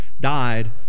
died